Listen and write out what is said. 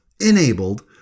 enabled